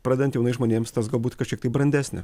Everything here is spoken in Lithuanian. pradedant jaunais žmonėms tas galbūt kažkiek tai brandesnė